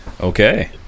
Okay